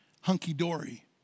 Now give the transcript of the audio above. hunky-dory